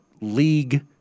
league